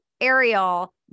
Ariel